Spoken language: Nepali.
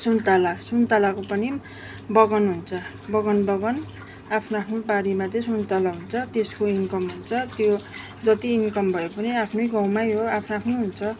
सुन्तला सुन्तलाको पनि बगान हुन्छ बगान बगान आफ्नो आफ्नो बारीमा चाहिँ सुन्तला हुन्छ त्यसको इन्कम हुन्छ त्यो जति इन्कम भए पनि आफ्नै गाउँमै हो आफनो आफ्नो हुन्छ